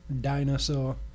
dinosaur